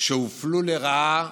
שהופלו לרעה,